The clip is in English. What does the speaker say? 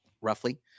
Roughly